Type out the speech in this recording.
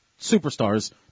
superstars